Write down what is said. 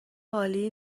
عالی